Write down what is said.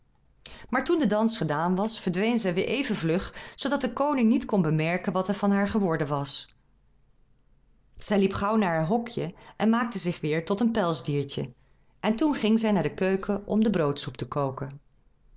maar toen de dans gedaan was verdween zij weer even vlug zoodat de koning niet kon bemerken wat er van haar geworden was zij liep gauw naar haar hokje en maakte zich weer tot een pelsdiertje en toen ging zij naar de keuken om de broodsoep te koken